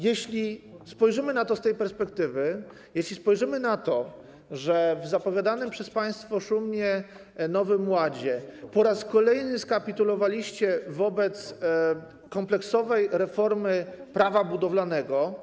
Jeśli spojrzymy na to z tej perspektywy, jeśli tak na to spojrzymy, to w zapowiadanym przez państwo szumnie Nowym Ładzie po raz kolejny skapitulowaliście wobec kompleksowej reformy Prawa budowlanego.